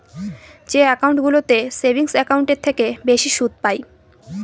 যে একাউন্টগুলোতে সেভিংস একাউন্টের থেকে বেশি সুদ পাই